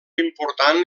important